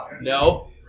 No